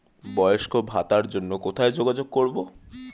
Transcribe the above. বয়স্ক ভাতার জন্য কোথায় যোগাযোগ করব?